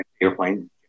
airplane